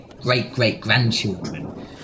great-great-grandchildren